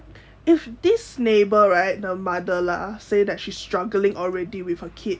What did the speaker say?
if this neighbour right the mother lah say that she's struggling already with a kid